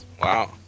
Wow